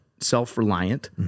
self-reliant